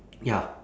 ya